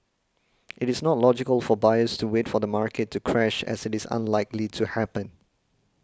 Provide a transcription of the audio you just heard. it is not logical for buyers to wait for the market to crash as it is unlikely to happen